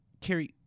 Carrie